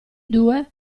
due